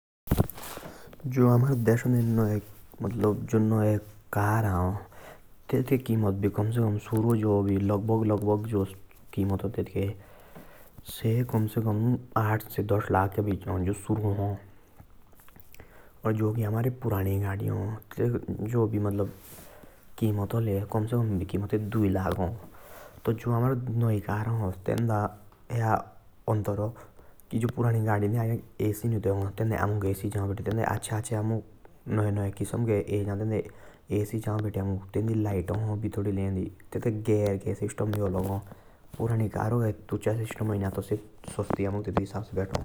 जो अमेरिक देस दे कार आं तेतके कीमत। दस लाख से शूरु ह । जो पुरानी ह तेतके कीमत दुई लाख से ह ।